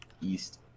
east